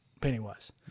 Pennywise